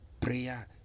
prayer